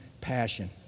passion